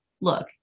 Look